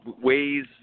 ways